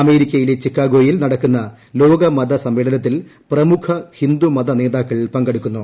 അമേരിക്കയിലെ ചിക്കായോഗിൽ നടക്കുന്ന ലോക്മത ്സമ്മേളനത്തിൽ പ്രമുഖ ഹിന്ദുമത നേതാക്കൾ പങ്കെട്ടുക്കുന്നു